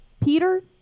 Peter